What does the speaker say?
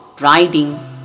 riding